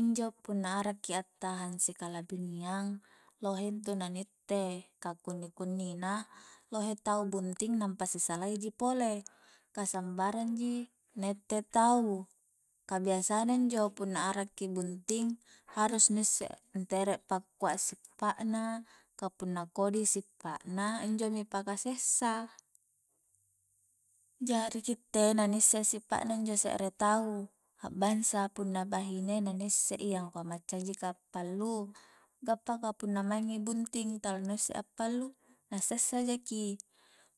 Injo punna arakki attahang sikalabiniang lohe intu na ni itte ka kunni-kunni na lohe tau bunting nampa si salai ji pole ka sambarang ji na itte tau ka biasa na injo punna arakki bunting harus ni isse ntere pakua sipa'na ka punna kodi sipa'na injomi paka sessa jari kitte na ni isse injo sipa'na se're tau a'bangsa punna bahine na ni isse i angkua bahine angkua macca ji ka appalu gappaka punna maingi bunting tala na usse a'pallu na sessa jaki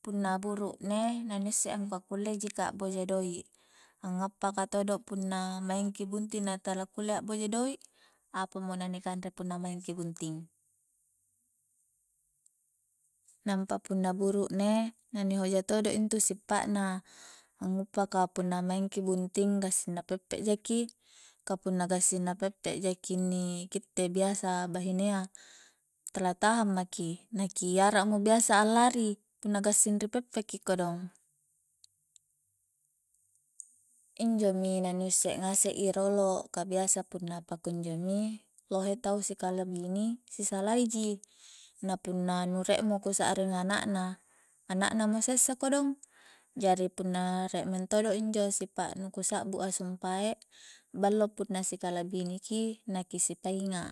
punna buru'ne na ni isse angkua kulle ji ka a'boja doik ngappaka todo punna maingki bunting na tala kulle a'boja doik apamo na ni kanre punna maingki bunting nampa punna burukne na ni hoja todo intu sipa'na nguppa ka punna maingki bunting gassing na pe'pe jaki, ka punna gassing na pe'pe jaki inni kitte biasa bahinea tala tahang maki naki arakmo biasa allari punna gassing ri pe'pe ki kodong injomi na ni isse ngase i rolo ka biasa punna pukunjo mi lohe tau sikalabini si salai ji na punna nu rie mo ku sa'ring anak na- anak na mo sessa kodong jari punna rie mentodo sipa' nu ku sa'bu a sumpae ballo punna sikalabini ki na ki sipainga'